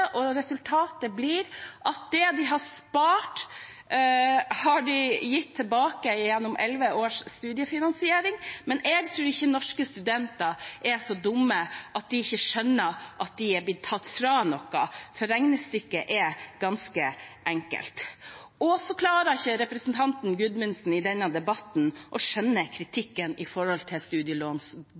og resultatet blir at det de har spart, har de gitt tilbake gjennom elleve måneders studiefinansiering. Men jeg tror ikke norske studenter er så dumme at de ikke skjønner at de er blitt tatt fra noe, for regnestykket er ganske enkelt. Så klarer ikke representanten Gudmundsen i denne debatten å skjønne kritikken knyttet til